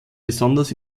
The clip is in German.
besonders